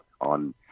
on